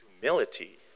humility